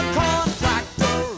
contractor